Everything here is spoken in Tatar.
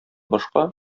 башка